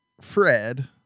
Fred